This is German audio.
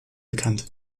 bekannt